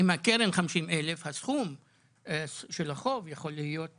אם הקרן 50,000 הסכום של החוב יכול להיות